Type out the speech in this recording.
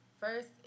first